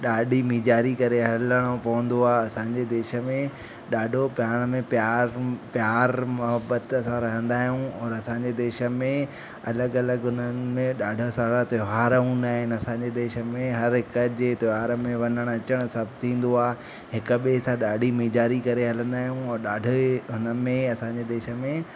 ॾाढी नीजारी करे हलिणो पवंदो आहे असांजे देश में ॾाढो पाण में प्यारु प्यारु मुहिबत सां रहंदा आहियूं और असांजे देश में अलॻि अलॻि हुननि में ॾाढा सारा त्योहार हूंदा आहिनि असांजे देश में हर हिक जी त्योहारन में वञण अचण सभु थींदो आ हिक ॿिए सां ॾाढी नीजारी करे हलंदा आहियूं ऐं ॾाढे हुन में असांजे देश में